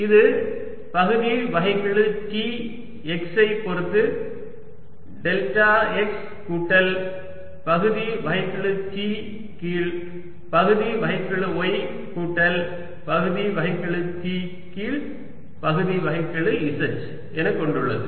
இது பகுதி வகைக்கெழு T x ஐ பொருத்து டெல்டா x கூட்டல் பகுதி வகைக்கெழு T கீழ் பகுதி வகைக்கெழு y கூட்டல் பகுதி வகைக்கெழு T கீழ் பகுதி வகைக்கெழு z என கொடுக்கப்பட்டுள்ளது